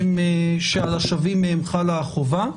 שעל השבים מהן חלה החובה,